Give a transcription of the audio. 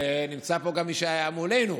נמצא פה גם מי שהיה מולנו.